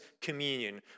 communion